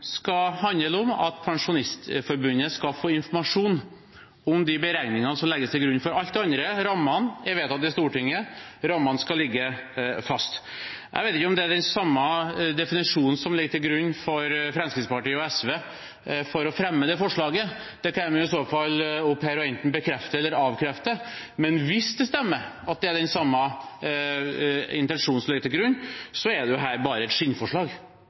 skal handle om at Pensjonistforbundet skal få informasjon om de beregningene som legges til grunn, for alt det andre, rammene, er vedtatt i Stortinget, rammene skal ligge fast. Jeg vet ikke om det er den samme definisjonen som ligger til grunn for at Fremskrittspartiet og SV har fremmet det forslaget. Det kan de i så fall komme opp her og enten bekrefte eller avkrefte. Men hvis det stemmer at det er den samme intensjonen som ligger til grunn, er jo dette bare et skinnforslag.